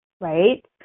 right